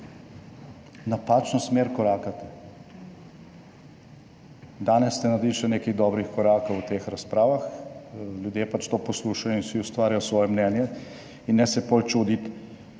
napačno smer korakate. Danes ste naredili še nekaj dobrih korakov v teh razpravah, ljudje to poslušajo in si ustvarijo svoje mnenje, in ne se bolj čuditi,